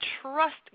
trust